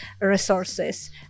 resources